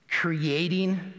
creating